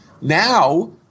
Now